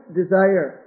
desire